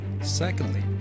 Secondly